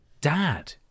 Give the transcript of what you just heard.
dad